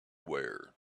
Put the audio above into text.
wear